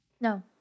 No